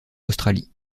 australie